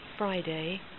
Friday